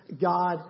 God